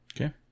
okay